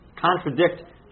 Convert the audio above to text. contradict